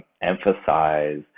emphasize